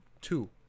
two